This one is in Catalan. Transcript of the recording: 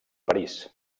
parís